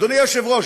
אדוני היושב-ראש,